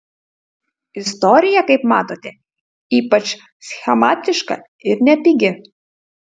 istorija kaip matote ypač schematiška ir nepigi